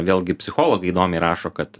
vėlgi psichologai įdomiai rašo kad